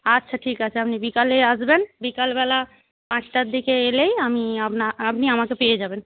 আচ্ছা ঠিক আছে আপনি বিকালেই আসবেন বিকালবেলা পাঁচটার দিকে এলেই আমি আপনা আপনি আমাকে পেয়ে যাবেন